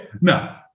No